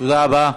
תודה רבה.